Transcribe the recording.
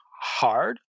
hard